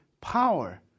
power